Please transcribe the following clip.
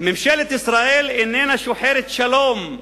ממשלת ישראל איננה שוחרת שלום,